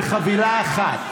בחבילה אחת.